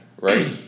right